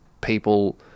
people